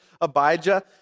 Abijah